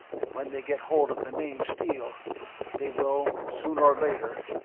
and when they get hold of the name steele they will, sooner or later,